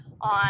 on